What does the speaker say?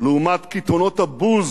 לעומת קיתונות הבוז